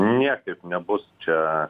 niekaip nebus čia